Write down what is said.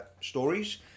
stories